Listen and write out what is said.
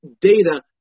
data